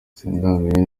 sindamenya